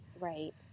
Right